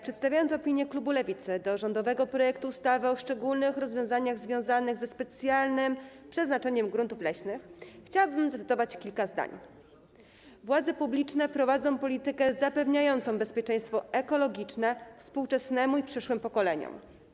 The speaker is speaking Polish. Przedstawiając opinię klubu Lewicy odnośnie do rządowego projektu ustawy o szczególnych rozwiązaniach związanych ze specjalnym przeznaczeniem gruntów leśnych, chciałabym zacytować kilka zdań: Władze publiczne prowadzą politykę zapewniającą bezpieczeństwo ekologiczne współczesnemu i przyszłym pokoleniom.